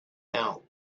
out